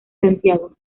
santiago